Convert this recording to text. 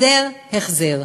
הסדר החזר.